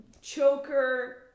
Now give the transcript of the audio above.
choker